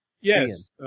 Yes